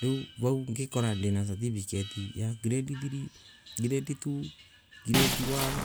Riu vau ngikora ndina certificate ya grade three, grade two, grade one,